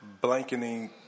blanketing